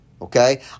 okay